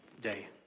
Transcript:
day